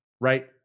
right